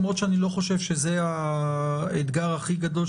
למרות שאני לא חושב שזה האתגר הכי גדול,